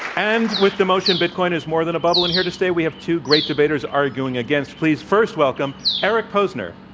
and with the motion bitcoin is more than a bubble and here to stay we have two great debaters arguing against. please first welcome eric posner.